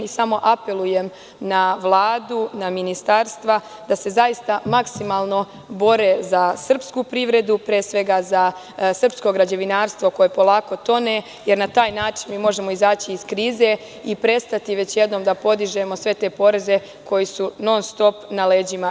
Samo apelujem na Vladu, na ministarstva da se zaista maksimalno bore za srpsku privredu, pre svega za srpsko građevinarstvo koje polako tone, jer na taj način mi možemo izaći iz krize i prestati već jednom da podižemo sve te poreze koji su non-stop na leđima građana.